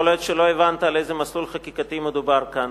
יכול להיות שלא הבנת על איזה מסלול חקיקתי מדובר כאן.